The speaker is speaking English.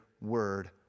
word